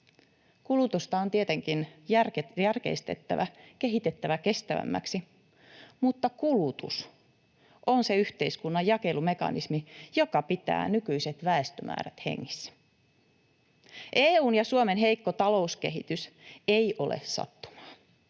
Kulutusta on tietenkin järkeistettävä, kehitettävä kestävämmäksi, mutta kulutus on se yhteiskunnan jakelumekanismi, joka pitää nykyiset väestömäärät hengissä. EU:n ja Suomen heikko talouskehitys ei ole sattumaa.